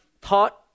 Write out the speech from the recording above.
taught